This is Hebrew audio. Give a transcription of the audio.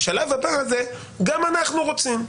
השלב הבא הוא: גם אנחנו רוצים.